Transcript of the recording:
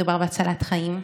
מדובר בהצלת חיים.